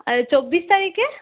চব্বিশ তারিখে